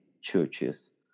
churches